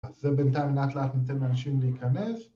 ‫אז בינתיים לאט לאט ניתן אנשים להיכנס.